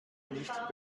nicht